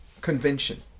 Convention